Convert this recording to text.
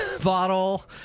bottle